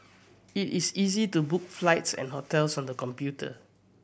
it is easy to book flights and hotels on the computer